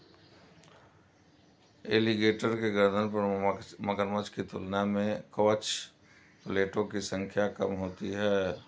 alligator के गर्दन पर मगरमच्छ की तुलना में कवच प्लेटो की संख्या कम होती है